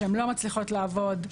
לא מצליחות לעבוד.